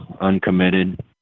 uncommitted